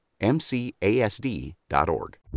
MCASD.org